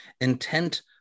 intent